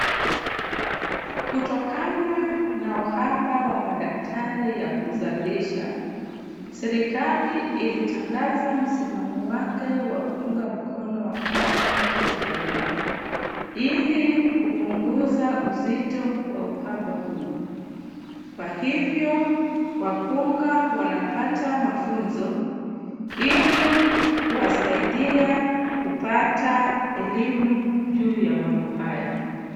Kutokana na uhaba wa madaktari ya kuzalisha, serikali ilitangaza msimamo wake wa kuunga mkono wakunga katika jamii ili kupunguza uzito wa uhaba huu. Kwa hivyo wakunga wanapata mafunzo ili kuwasaidia kupata elimu juu ya mambo haya.